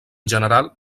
general